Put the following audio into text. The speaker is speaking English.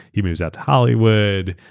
he moves out to hollywood,